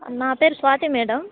నా పేరు స్వాతి మేడం